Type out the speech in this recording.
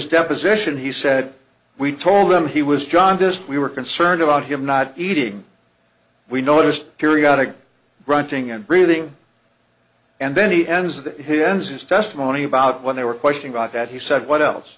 deposition he said we told him he was john just we were concerned about him not eating we noticed periodic ranting and breathing and then he ends the hinze his testimony about when they were question about that he said what else